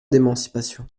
d’émancipation